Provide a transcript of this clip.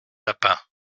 lapins